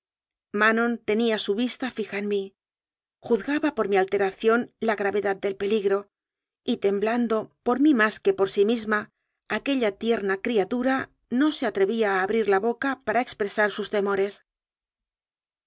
manon tenía su vista fija en mí juzgaba por mi alteración la gravedad del peligro y temblando por mí más que por sí misma aquella tierna cria tura no se atrevía a abrir la boca para expresar sus temores